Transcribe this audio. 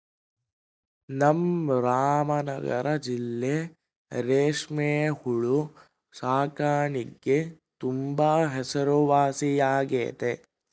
ನಮ್ ರಾಮನಗರ ಜಿಲ್ಲೆ ರೇಷ್ಮೆ ಹುಳು ಸಾಕಾಣಿಕ್ಗೆ ತುಂಬಾ ಹೆಸರುವಾಸಿಯಾಗೆತೆ